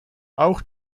auch